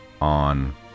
on